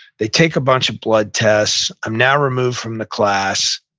they take a bunch of blood tests. i'm now removed from the class.